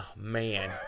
man